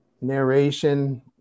narration